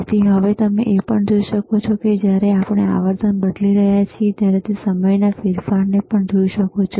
તેથી તમે એ પણ જોઈ શકો છો કે જ્યારે આપણે આવર્તન બદલી રહ્યા છીએ ત્યારે તમે સમયના ફેરફારને પણ જોઈ શકશો